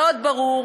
מאוד ברור,